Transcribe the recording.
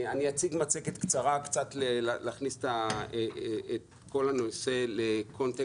אני אציג מצגת קצרה כדי קצת להכניס את כל הנושא לקונטקסט,